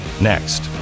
next